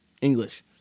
English